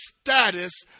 status